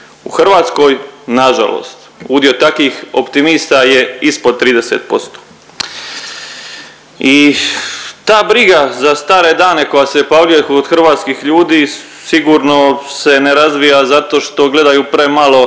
u Hrvatskoj nažalost udio takvih optimista je ispod 30% i ta briga za stare dane koja se pojavljuje kod hrvatskih ljudi sigurno se ne razvija zato što gledaju premalo